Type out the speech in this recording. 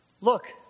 look